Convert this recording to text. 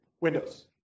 Windows